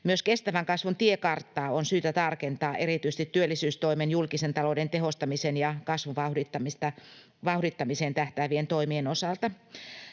Myös kestävän kasvun tiekarttaa on syytä tarkentaa erityisesti työllisyystoimien, julkisen talouden tehostamisen ja kasvun vauhdittamiseen tähtäävien toimien osalta.